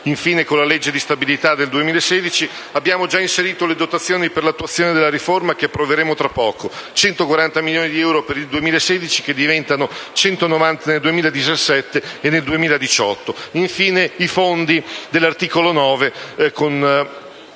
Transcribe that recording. euro. Con la legge di stabilità 2016 abbiamo già inserito le dotazioni per l'attuazione della riforma che approveremo tra poco: 140 milioni di euro per il 2016 che diventano 190 nel 2017 e nel 2018. Infine il fondo progetti per